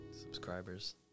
subscribers